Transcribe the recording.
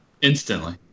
Instantly